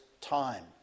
time